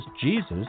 Jesus